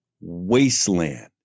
wasteland